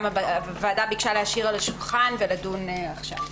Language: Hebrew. הוועדה ביקשה להשאיר את זה על השולחן ולדון בכך עכשיו.